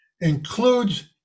includes